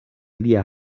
lia